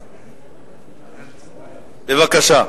בבקשה.